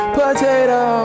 potato